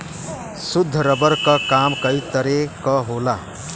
शुद्ध रबर क काम कई तरे क होला